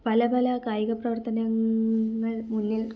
പലപല കായിക പ്രവർത്തനങ്ങൾ മുന്നിൽ